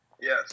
Yes